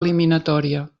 eliminatòria